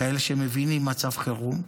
כאלה שמבינים מצב חירום,